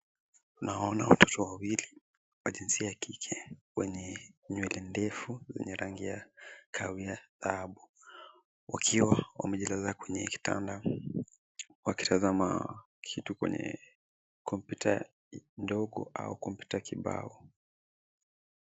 Naona watoto wawili wa jinsia ya kike wenye nywele ndefu zenye rangi ya kahawia dhahabu. Wakiwa wamejilaza kwenye kitanda wakitazama kitu kwenye kompyuta ndogo au kompyuta kibao.